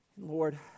Lord